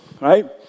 right